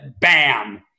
bam